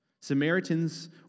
Samaritans